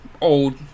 old